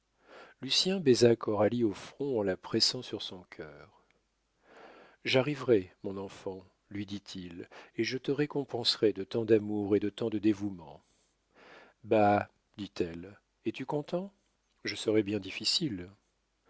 lucien baisa coralie au front en la pressant sur son cœur j'arriverai mon enfant lui dit-il et je te récompenserai de tant d'amour et de tant de dévouement bah dit-elle es-tu content je serais bien difficile